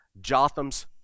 Jotham's